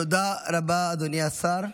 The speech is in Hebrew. תודה רבה, אדוני השר.